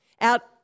out